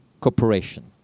cooperation